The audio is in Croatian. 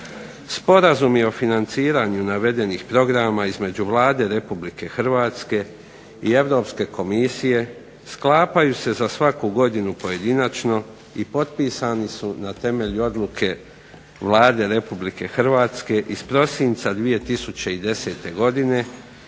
Sporazumi o financiranju navedenih programa između Vlade Republike Hrvatske i Europske komisije sklapaju se za svaku godinu pojedinačno i potpisani su na temelju odluke Vlade Republike Hrvatske iz prosinca 2010. godine